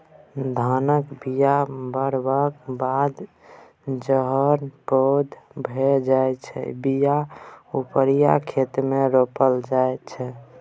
धानक बीया पारबक बाद जखन पैघ भए जाइ छै बीया उपारि खेतमे रोपल जाइ छै